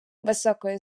високою